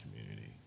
community